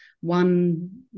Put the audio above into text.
one